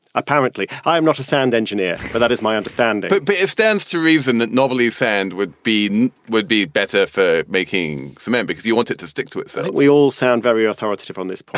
apparently, i'm not a sound engineer, but that is my understanding but it stands to reason that notbelieve sand would be would be better for making cement because you want it to stick to it so it we all sound very authoritative on this.